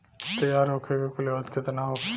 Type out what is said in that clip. तैयार होखे के कुल अवधि केतना होखे?